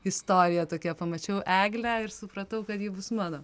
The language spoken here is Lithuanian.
istorija tokia pamačiau eglę ir supratau kad ji bus mano